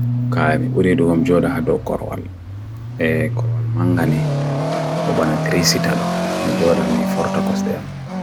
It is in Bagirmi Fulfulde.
kaya me buridwom joda hado korwal e korwal mangani obana 3sita do me joda me 4tacos dem